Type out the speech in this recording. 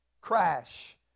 crash